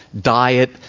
diet